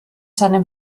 seinem